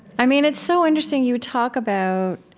i mean, it's so interesting. you talk about